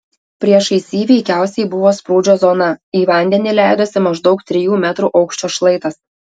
priešais jį veikiausiai buvo sprūdžio zona į vandenį leidosi maždaug trijų metrų aukščio šlaitas